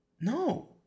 No